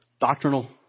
doctrinal